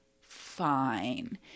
fine